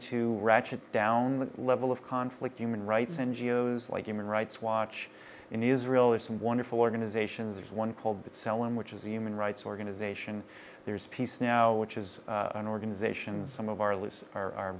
to ratchet down the level of conflict human rights n g o s like human rights watch in israel it's wonderful organizations there's one called the selling which is the human rights organization there's peace now which is an organization some of our lives